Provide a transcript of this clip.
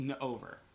over